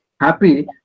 happy